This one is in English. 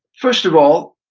first of all,